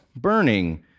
burning